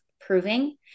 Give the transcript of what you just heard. proving